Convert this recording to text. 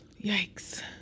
yikes